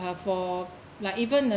for like even the